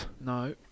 no